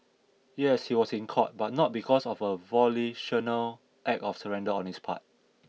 yes he was in court but not because of a volitional act of surrender on his part